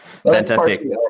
Fantastic